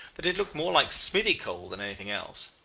that it looked more like smithy coal than anything else.